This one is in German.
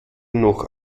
noch